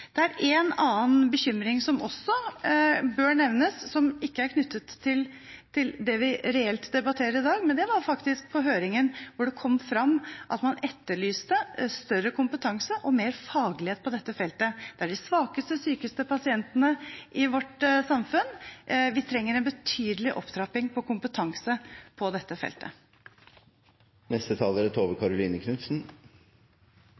Det er en annen bekymring som også bør nevnes, som ikke er knyttet til det vi reelt debatterer i dag. På høringen kom det fram at man etterlyste større kompetanse og mer faglighet på dette feltet. Dette gjelder de svakeste og sykeste pasientene i vårt samfunn. Vi trenger en betydelig opptrapping av kompetanse på dette feltet. Spørsmålet har blitt stilt her i dag: Er